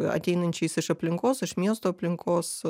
ateinančiais iš aplinkos iš miesto aplinkos